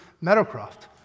Meadowcroft